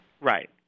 right